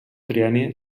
trienni